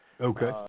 Okay